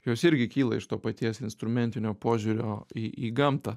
jos irgi kyla iš to paties instrumentinio požiūrio į į gamtą